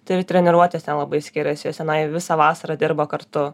tai treniruotėse labai skiriasi jos tenai visą vasarą dirba kartu